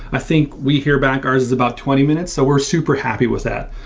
i think we hear back ours is about twenty minutes. so we're super happy with that.